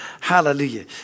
Hallelujah